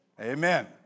Amen